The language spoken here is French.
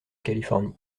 californie